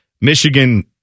Michigan